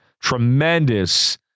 Tremendous